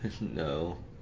No